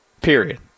Period